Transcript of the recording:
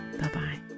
Bye-bye